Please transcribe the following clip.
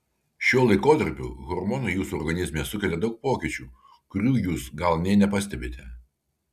šiuo laikotarpiu hormonai jūsų organizme sukelia daug pokyčių kurių jūs gal nė nepastebite